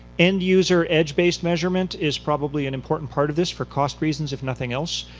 end user edge-based measurement is probably an important part of this for cost reasons, if nothing else.